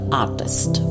artist